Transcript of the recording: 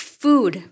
food